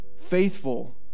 Faithful